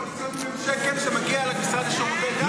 מהכספים הקואליציוניים אין שקל שמגיע למשרד לשירותי דעת?